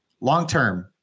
long-term